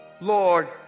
Lord